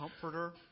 Comforter